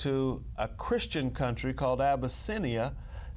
to a christian country called abyssinia